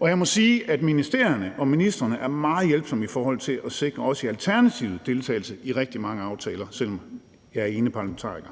Og jeg må sige, at ministerierne og ministrene er meget hjælpsomme i forhold til at sikre også Alternativets deltagelse i rigtig mange aftaler, selv om jeg er ene parlamentariker.